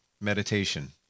meditation